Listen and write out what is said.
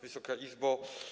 Wysoka Izbo!